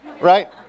right